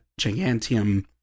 Gigantium